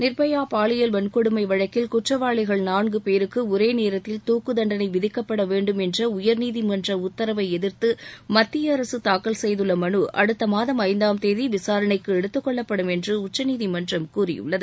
நிர்பயா பாலியல் வன்கொடுமை வழக்கில் குற்றவாளிகள் நான்கு பேருக்கு ஒரே நேரத்தில் தூக்கு தண்டனை விதிக்கப்பட வேண்டும் என்ற உயர்நீதிமன்ற உத்தரவை எதிர்த்து மத்திய அரசு தாக்கல் செய்துள்ள மலு அடுத்த மாதம் ஐந்தாம் தேதி விசாரணைக்கு எடுத்துக்கொள்ளப்படும் என்று உச்சநீதிமன்றம் கூறியுள்ளது